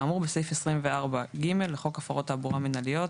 כאמור בסעיף 24(ג) לחוק הפרות תעבורה מינהליות,